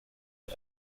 die